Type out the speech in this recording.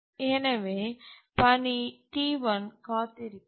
எனவே பணி T1 காத்திருக்கிறது